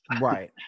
right